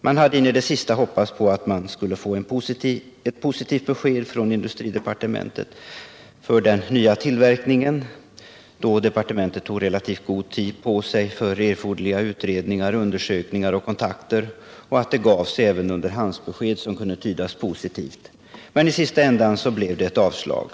Man hade in i det sista hoppats på ett positivt besked från industridepartementet när det gällde den nya tillverkningen, eftersom departementet tog relativt god tid på sig för erforderliga utredningar, Nr 98 undersökningar och kontakter; det gavs även underhandsbesked som kunde Torsdagen den tydas positivt. Men i sista ändan blev det ett avslag.